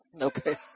Okay